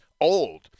old